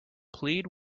plead